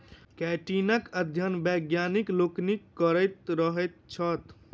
काइटीनक अध्ययन वैज्ञानिक लोकनि करैत रहैत छथि